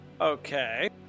Okay